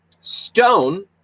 stone